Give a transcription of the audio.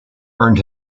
earned